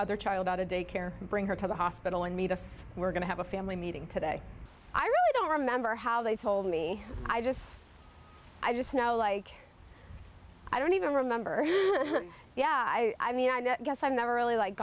other child out of daycare bring her to the hospital and meet us we're going to have a family meeting today i really don't remember how they told me i just i just know like i don't even remember yeah i mean i guess i'm never really like